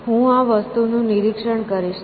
હું આ વસ્તુનું નિરીક્ષણ કરીશ